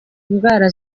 indwara